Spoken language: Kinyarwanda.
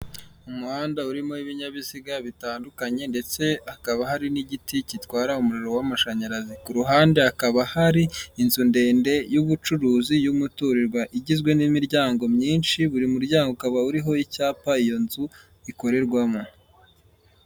Umuhanda urimo ibinyabiziga bitandukanye ndetse hakaba hari n'igiti gitwara umuriro w'amashanyarazi, ku ruhande hakaba hari inzu ndende y'ubucuruzi y'umuturirwa igizwe n'imiryango myinshi, buri muryango ukaba uriho icyapa iyo nzu ikorerwamo.